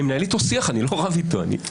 אני מנהל איתו שיח, אני לא רב איתו.